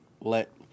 let